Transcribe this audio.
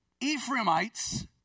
Ephraimites